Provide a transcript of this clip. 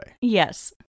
Yes